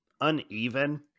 uneven